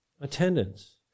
Attendance